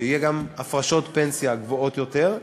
שיהיו גם הפרשות פנסיה גבוהות יותר,